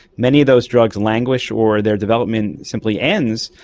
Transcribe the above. many of those drugs languish or their development simply ends,